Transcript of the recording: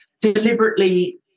deliberately